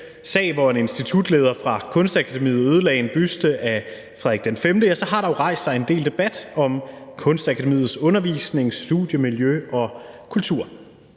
sag, hvor en institutleder fra Kunstakademiet ødelagde en buste af Frederik V, har der jo rejst sig en del debat om Kunstakademiets undervisning, studiemiljø og kultur.